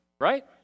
right